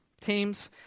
Teams